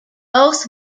both